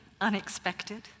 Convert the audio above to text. unexpected